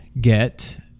get